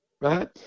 right